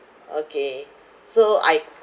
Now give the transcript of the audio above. okay so I